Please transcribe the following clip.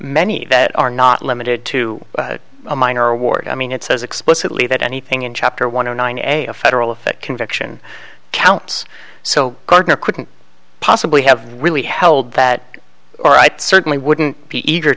many that are not limited to a minor award i mean it says explicitly that anything in chapter one o nine a a federal if it conviction counts so gardner couldn't possibly have really held that or i certainly wouldn't be ea